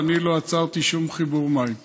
ואני לא עצרתי שום חיבור מים.